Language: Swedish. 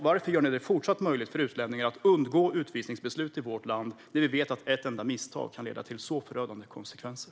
Varför gör ni det fortsatt möjligt för utlänningar att undgå utvisningsbeslut i vårt land när vi vet att ett enda misstag kan få förödande konsekvenser?